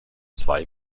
zwei